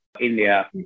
India